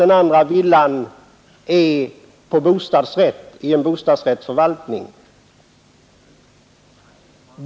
Den ena villan står på fri grund, den andra innehas med bostadsrätt.